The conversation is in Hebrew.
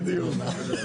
בדיוק.